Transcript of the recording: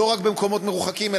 לא רק במקומות מרוחקים,